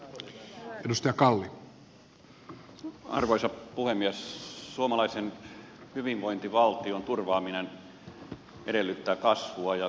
suomalaisen hyvinvointivaltion turvaaminen edellyttää kasvua ja kannattavaa työtä